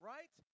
Right